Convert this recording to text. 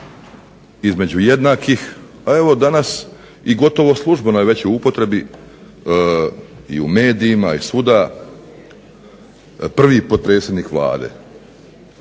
između jednakih", a evo danas i gotovo je služeno već u upotrebi i u medijima i svuda prvi potpredsjednik Vlade.